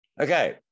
Okay